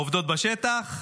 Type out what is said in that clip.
העובדות בשטח: